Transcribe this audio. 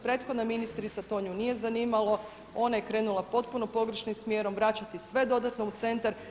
Prethodna ministrica to nju nije zanimalo, ona je krenula potpuno pogrešnim smjerom, vraćati sve dodatno u centar.